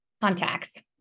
Contacts